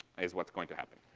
is what's going to happen.